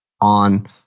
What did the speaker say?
on